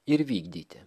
ir vykdyti